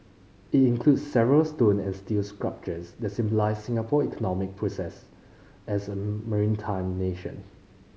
it includes several stone and steel sculptures that symbolise Singapore economic process as a maritime nation